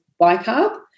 bicarb